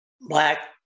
black